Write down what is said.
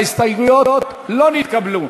ההסתייגויות לא נתקבלו.